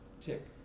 Tick